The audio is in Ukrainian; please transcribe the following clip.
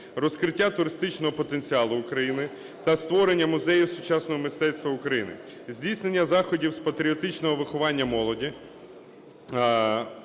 розкриття туристичного потенціалу України та створення Музею сучасного мистецтва України; здійснення заходів з патріотичного виховання молоді.